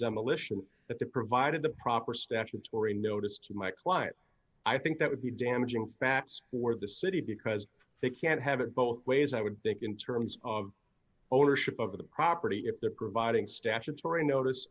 the provided the proper statutory notice to my client i think that would be damaging facts for the city because they can't have it both ways i would think in terms of ownership of the property if they're providing statutory notice